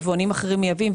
יבואנים אחרים מייבאים,